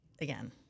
again